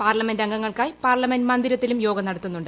പാർലമെന്റുംഗങ്ങൾക്കായി parliament മന്ദീരത്തിലും യോഗ നടത്തുന്നുണ്ട്